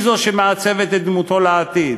היא זו שמעצבת את דמותו לעתיד.